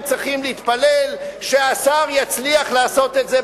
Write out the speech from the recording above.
הם צריכים להתפלל שהשר יצליח לעשות את זה?